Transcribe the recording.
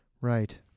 Right